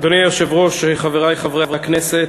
אדוני היושב-ראש, חברי חברי הכנסת,